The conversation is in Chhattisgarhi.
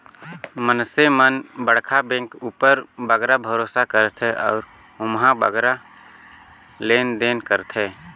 मइनसे मन बड़खा बेंक उपर बगरा भरोसा करथे अउ ओम्हां बगरा लेन देन करथें